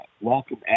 Welcome